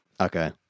Okay